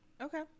Okay